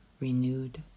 renewed